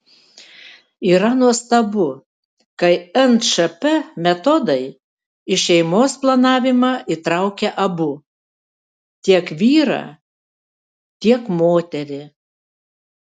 yra nuostabu kai nšp metodai į šeimos planavimą įtraukia abu tiek vyrą tiek moterį